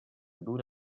dura